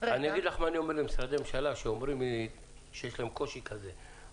אגיד לך מה אני אומר למשרדי הממשלה שאומרים לי שיש להם קושי כזה.